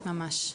ממש.